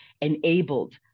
enabled